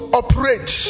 operate